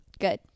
Good